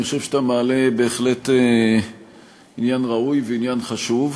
אני חושב שאתה מעלה עניין ראוי וחשוב בהחלט.